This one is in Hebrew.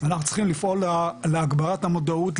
אנחנו צריכים לפעול להגברת המודעות,